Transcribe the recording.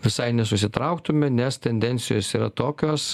visai nesusitrauktume nes tendencijos yra tokios